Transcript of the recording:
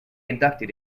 inducted